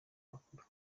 bakuru